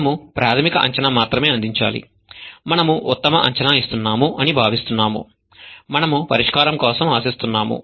మనము ప్రాథమిక అంచనా మాత్రమే అందించాలి మనము ఉత్తమ అంచనా ఇస్తున్నాము అని భావిస్తున్నాము మనము పరిష్కారం కోసం ఆశిస్తున్నాము